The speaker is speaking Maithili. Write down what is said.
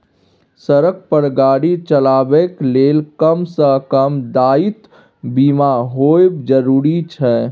सड़क पर गाड़ी चलेबाक लेल कम सँ कम दायित्व बीमा होएब जरुरी छै